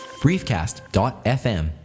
briefcast.fm